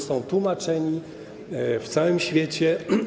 Są tłumaczeni na całym świecie.